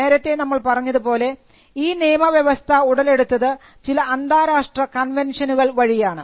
നേരത്തെ നമ്മൾ പറഞ്ഞതുപോലെ ഈ നിയമവ്യവസ്ഥ ഉടലെടുത്തത് ചില അന്താരാഷ്ട്ര കൺവെൻഷനുകൾ വഴിയാണ്